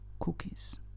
cookies